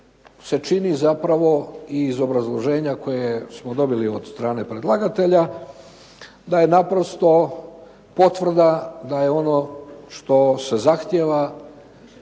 se čini zapravo iz obrazloženja koje smo dobili od strane predlagatelja da je naprosto potvrda da je ono što se zahtjeva